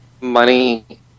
money